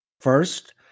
First